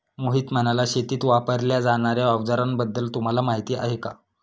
मोहित म्हणाला, शेतीत वापरल्या जाणार्या अवजारांबद्दल तुम्हाला माहिती आहे का?